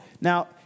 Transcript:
now